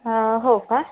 हो का